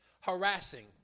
Harassing